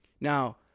Now